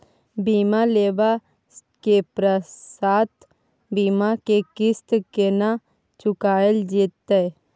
बीमा लेबा के पश्चात बीमा के किस्त केना चुकायल जेतै?